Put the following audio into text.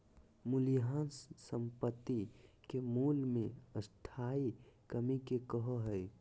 मूल्यह्रास संपाति के मूल्य मे स्थाई कमी के कहो हइ